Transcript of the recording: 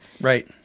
Right